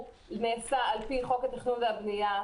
הוא נעשה לפי חוק התכנון והבנייה.